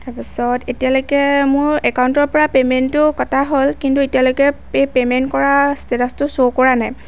তাৰ পাছত এতিয়ালৈকে মোৰ একাউণ্টৰ পৰা পেমেণ্টটো কটা হ'ল কিন্তু এতিয়ালৈকে পে পেমেণ্ট কৰাৰ ষ্টেটাচটো শ্ব' কৰা নাই